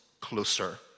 closer